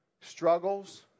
struggles